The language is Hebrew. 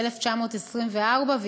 ב-1924,